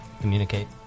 communicate